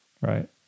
Right